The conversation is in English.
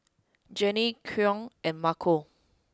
Jannie Koen and Marco